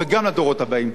וגם לדורות הבאים.